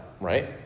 right